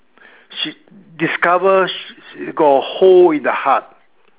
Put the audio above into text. she discovers got a hole in the heart